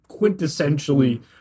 quintessentially